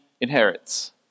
inherits